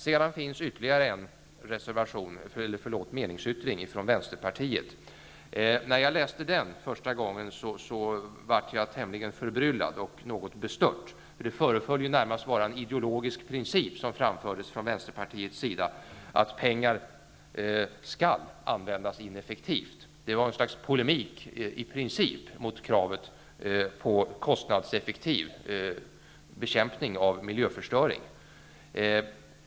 Sedan finns det en meningsyttring från Vänsterpartiet. När jag första gången läste den blev jag något förbryllad och något bestört. Det föreföll närmast vara en ideologisk princip som framfördes från Vänsterpartiets sida att pengar skall användas ineffektivt. Det var ett slags polemik i princip mot kravet på kostnadseffektiv bekämpning av miljöförstöring.